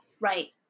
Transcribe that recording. right